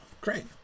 great